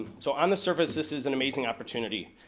so on the surface, this is an amazing opportunity.